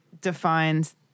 defines